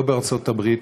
לא בארצות-הברית,